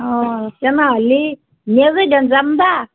অঁ তেনাহ'লি নে যদি যাম দা